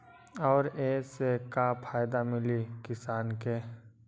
और ये से का फायदा मिली किसान के?